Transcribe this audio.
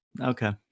Okay